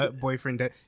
Boyfriend